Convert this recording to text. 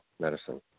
medicine